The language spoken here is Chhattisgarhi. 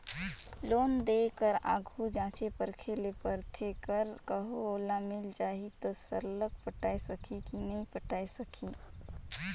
लोन देय कर आघु जांचे परखे ले परथे कर कहों ओला मिल जाही ता सरलग पटाए सकही कि नी पटाए सकही